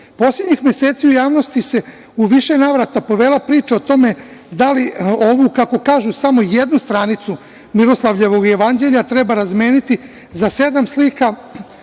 meseci u javnosti se u više navrata povela priča o tome da li ovu kako kažu samo jednu stranicu Miroslavljevog jevanđelja treba razmeniti za sedam slika,